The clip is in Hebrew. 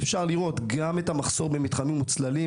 אפשר לראות את המחסור במתחמים מוצללים,